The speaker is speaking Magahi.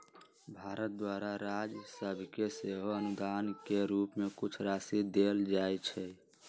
भारत द्वारा राज सभके सेहो अनुदान के रूप में कुछ राशि देल जाइ छइ